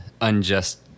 unjust